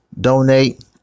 donate